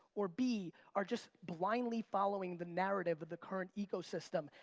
or b, are just blindly following the narrative of the current ecosystem.